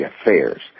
affairs